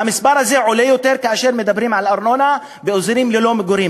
והמספר הזה עולה יותר כאשר מדברים על ארנונה באזורים ללא מגורים,